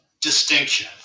distinction